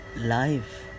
life